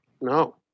No